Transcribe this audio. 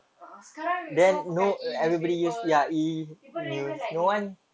a'ah sekarang so semua pakai E newspaper people don't even like ni